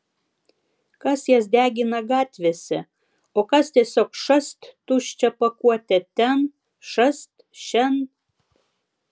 kas jas degina gatvėse o kas tiesiog šast tuščią pakuotę ten šast šen